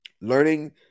Learning